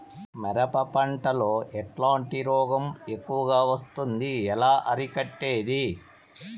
మిరప పంట లో ఎట్లాంటి రోగం ఎక్కువగా వస్తుంది? ఎలా అరికట్టేది?